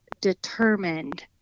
determined